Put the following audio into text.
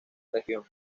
región